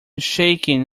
shaken